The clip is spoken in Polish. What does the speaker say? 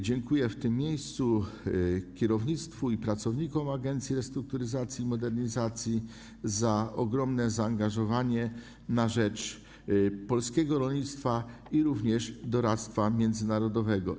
Dziękuję w tym miejscu kierownictwu i pracownikom Agencji Restrukturyzacji i Modernizacji Rolnictwa za ogromne zaangażowanie na rzecz polskiego rolnictwa i doradztwa międzynarodowego.